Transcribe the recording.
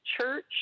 Church